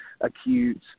acute